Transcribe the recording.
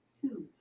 Two